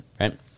right